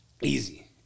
easy